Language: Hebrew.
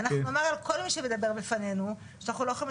אנחנו נאמר על כל מי שמדבר בפנינו שאנחנ לא יכולים